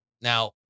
Now